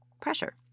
pressure